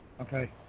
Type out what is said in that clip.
Okay